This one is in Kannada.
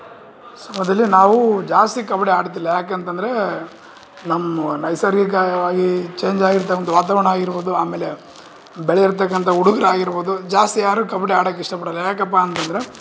ಸಮಯದಲ್ಲಿ ನಾವು ಜಾಸ್ತಿ ಕಬಡ್ಡಿ ಆಡ್ತಿಲ್ಲ ಯಾಕೆ ಅಂತಂದರೆ ನಮ್ಮ ನೈಸರ್ಗಿಕವಾಗಿ ಚೇಂಚ್ ಆಗಿರತ್ತೆ ಒಂದು ವಾತಾವರಣ ಆಗಿರ್ಬೌದು ಆಮೇಲೆ ಬೆಳಿಯಿರ್ತಕ್ಕಂಥ ಹುಡುಗ್ರಾಗಿರ್ಬೌದು ಜಾಸ್ತಿ ಯಾರೂ ಕಬಡ್ಡಿ ಆಡಕ್ಕೆ ಇಷ್ಟ ಪಡೋಲ್ಲ ಯಾಕಪ್ಪ ಅಂತ ಅಂದರೆ